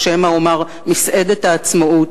או שמא אומר "מסעדת העצמאות",